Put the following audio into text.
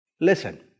Listen